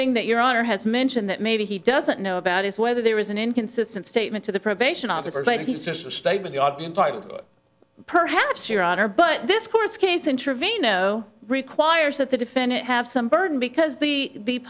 thing that your honor has mentioned that maybe he doesn't know about is whether there is an inconsistent statement to the probation officer but he just a statement god entitle to perhaps your honor but this court's case intervene no requires that the defendant have some burden because the the